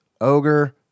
Ogre